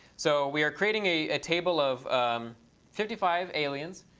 so we are creating a table of fifty five aliens.